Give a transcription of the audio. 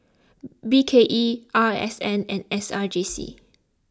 B K E R S N and S R J C